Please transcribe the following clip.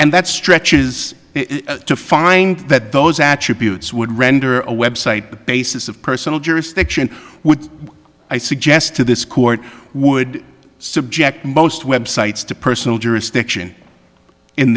and that stretches to find that those attributes would render a website the basis of personal jurisdiction would i suggest to this court would subject most websites to personal jurisdiction in